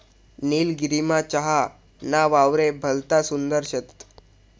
निलगिरीमा चहा ना वावरे भलता सुंदर शेत